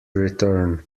return